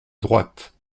droite